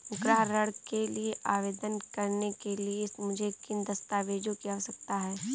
गृह ऋण के लिए आवेदन करने के लिए मुझे किन दस्तावेज़ों की आवश्यकता है?